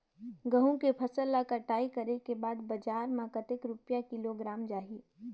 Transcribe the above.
गंहू के फसल ला कटाई करे के बाद बजार मा कतेक रुपिया किलोग्राम जाही?